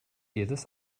jedes